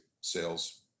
sales